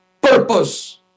purpose